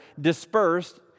dispersed